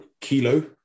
kilo